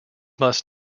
must